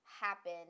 happen